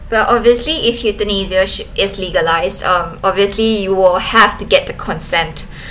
the obviously if euthanasia sh~ is legalized um obviously you will have to get the consent